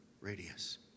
radius